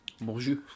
Bonjour